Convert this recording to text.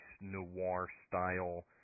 noir-style